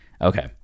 Okay